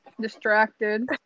Distracted